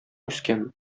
үскән